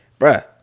bruh